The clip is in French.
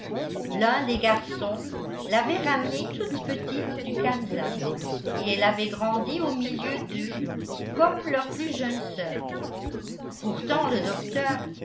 l'un des garçons l'avait ramenée toute petite du kansas et elle avait grandi au milieu d'eux comme leur plus jeune sœur pourtant le docteur